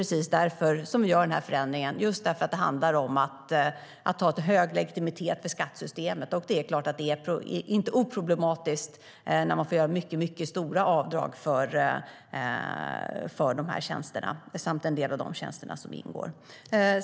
Vi gör den just därför att det handlar om att ha hög legitimitet för skattesystemet. Det är klart att det inte är oproblematiskt när man får göra mycket stora avdrag för en del av de tjänster som ingår.